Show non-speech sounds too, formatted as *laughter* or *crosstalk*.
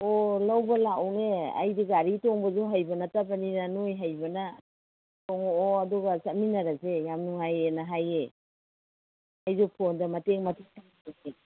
ꯑꯣ ꯂꯧꯕ ꯂꯥꯛꯎꯅꯦ ꯑꯩꯗꯣ ꯒꯥꯔꯤ ꯇꯣꯡꯕꯁꯨ ꯍꯩꯕ ꯅꯠꯇꯕꯅꯤꯅ ꯅꯣꯏ ꯍꯩꯕꯅ ꯇꯣꯉꯛꯑꯣ ꯑꯗꯨꯒ ꯆꯠꯃꯤꯟꯅꯔꯁꯦ ꯌꯥꯝ ꯅꯨꯡꯉꯥꯏꯌꯦꯅ ꯍꯥꯏꯌꯦ ꯑꯩꯁꯨ ꯐꯣꯟꯗ ꯃꯇꯦꯛ ꯃꯇꯦꯛ *unintelligible*